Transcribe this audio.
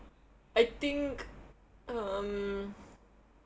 I think um